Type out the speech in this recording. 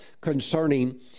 concerning